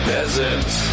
Peasants